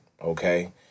okay